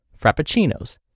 frappuccinos